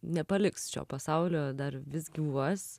nepaliks šio pasaulio dar vis gyvas